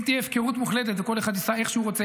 אם תהיה הפקרות מוחלטת וכל אחד ייסע איך שהוא רוצה,